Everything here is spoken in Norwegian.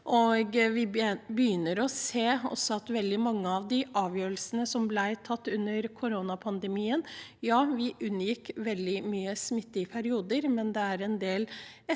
se følgene av veldig mange av de avgjørelsene som ble tatt under koronapandemien. Ja, vi unngikk veldig mye smitte i perioder, men det har vært en del